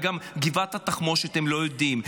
וגם גבעת התחמושת הם לא יודעים.